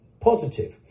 positive